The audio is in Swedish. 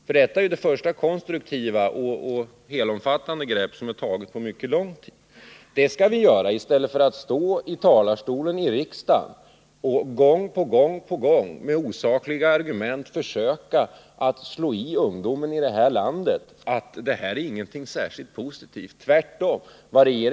Vi bör ta vara på detta konstruktiva och omfattande grepp i stället för att stå i riksdagens talarstol och gång på gång med osakliga argument försöka slå i ungdomen i landet att regeringens förslag inte innebär något positivt för dem.